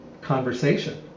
conversation